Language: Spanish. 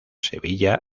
sevilla